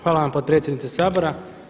Hvala vam potpredsjednice Sabora.